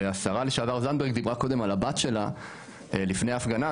והשרה לשעבר זנדברג דיברה קודם על הבת שלה לפני ההפגנה,